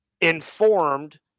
informed